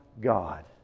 God